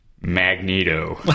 Magneto